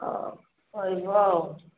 ହଉ ରହିଯିବ ଆଉ